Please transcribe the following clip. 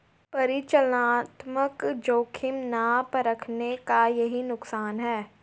परिचालनात्मक जोखिम ना परखने का यही नुकसान है